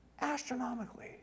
astronomically